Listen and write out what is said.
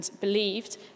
believed